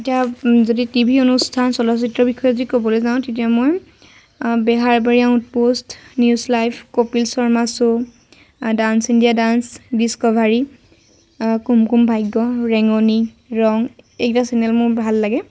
এতিয়া যদি T V অনুস্থান চলচিত্ৰৰ বিষয়ে যদি ক'বলৈ যাওঁ তেতিয়া মই Beharbari outpost news live Kapil Sharma show dance India dance discovery Kumkum Bhagya Rengoni Rang এইকেইটা চেনেল মোৰ ভাল লাগে